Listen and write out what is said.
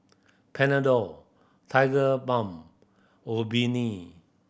Panadol Tigerbalm Obimin